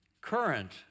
current